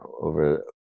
over